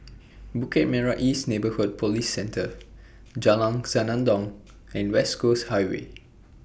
Bukit Merah East Neighbourhood Police Centre Jalan Senandong and West Coast Highway